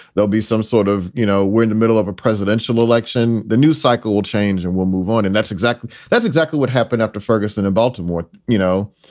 there'll be some sort of you know, we're in the middle of a presidential election. the news cycle will change and we'll move on. and that's exactly that's exactly what happened after ferguson in baltimore. you know,